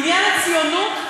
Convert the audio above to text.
בעניין הציונות,